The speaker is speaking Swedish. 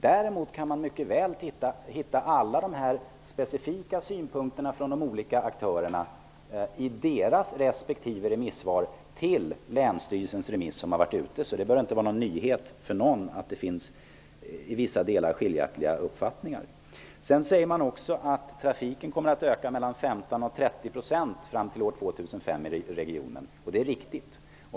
Däremot finns de olika aktörernas specifika synpunkter med i deras respektive svar på länsstyrelsens remiss. Det bör inte vara en nyhet för någon att det i vissa delar finns skiljaktiga uppfattningar. Det sägs att trafiken kommer att öka med 15--30 % i regionen till år 2005. Det är riktigt.